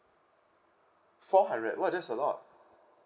four hundred !wah! that's a lot